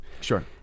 Sure